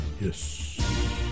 Yes